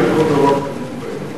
אל תאמין לכל דבר שכותבים בעיתון.